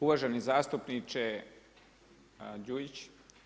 Uvaženi zastupniče Đujić.